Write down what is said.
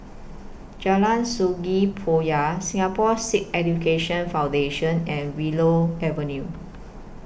Jalan Sungei Poyan Singapore Sikh Education Foundation and Willow Avenue